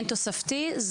אין תוספתי.